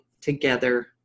together